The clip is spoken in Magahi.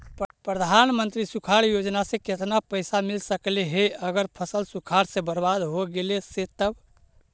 प्रधानमंत्री सुखाड़ योजना से केतना पैसा मिल सकले हे अगर फसल सुखाड़ से बर्बाद हो गेले से तब?